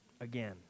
again